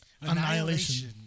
Annihilation